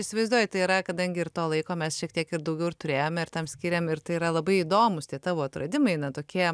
įsivaizduoju tai yra kadangi ir to laiko mes šiek tiek ir daugiau ir turėjome ir tam skyrėm ir tai yra labai įdomūs tie tavo atradimai na tokie